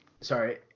Sorry